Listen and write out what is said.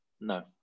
No